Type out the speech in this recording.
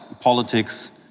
politics